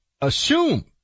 assume